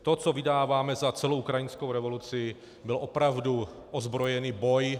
To, co vydáváme za celou ukrajinskou revoluci, byl opravdu ozbrojený boj.